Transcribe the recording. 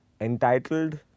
entitled